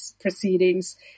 proceedings